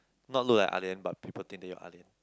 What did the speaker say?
not look like ah lian but people think that you are ah lian